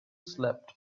slept